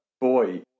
boy